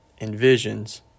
envisions